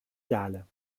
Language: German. saale